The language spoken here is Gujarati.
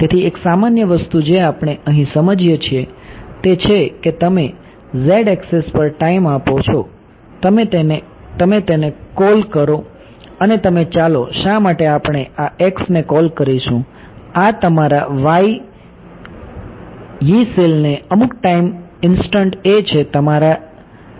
તેથી એક સામાન્ય વસ્તુ જે આપણે અહીં સમજીએ છીએ તે છે કે તમે z એક્સિસ પર ટાઈમ આપો છો તમે તેને કોલ કરો અને તમે ચાલો શા માટે આપણે આ x ને કોલ કરીશું આ તમારા Yee સેલને અમુક ટાઈમ ઇંસ્ટંટ એ છે આ તમારા હોઈ શકે છે